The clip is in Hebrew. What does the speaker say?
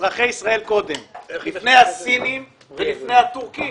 אזרחי ישראל קודם, לפני הסינים ולפני התורכים.